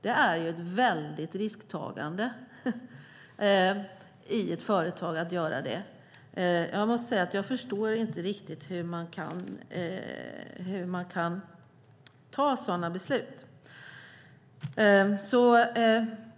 Det är ett väldigt risktagande för ett företag att göra det. Jag måste säga att jag inte riktigt förstår hur man kan fatta sådana beslut.